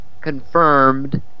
Confirmed